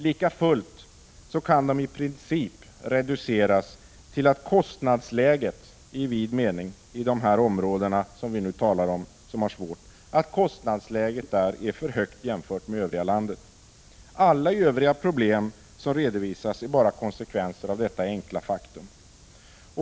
Likafullt kan de i princip reduceras till att kostnadsläget i vid mening, i de områden som vi nu talar om och som har det svårt, är för högt jämfört med övriga landet. Alla övriga problem som redovisas är bara konsekvenser av detta enkla faktum.